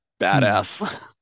badass